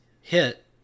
hit